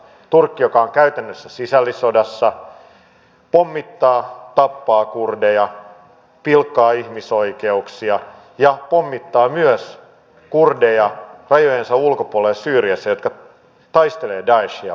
turkki joka on käytännössä sisällissodassa pommittaa tappaa kurdeja pilkkaa ihmisoikeuksia ja pommittaa myös rajojensa ulkopuolella syyriassa kurdeja jotka taistelevat daeshia vastaan